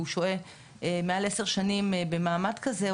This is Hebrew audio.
והוא שוהה מעל 10 שנים במעמד כזה,